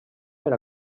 per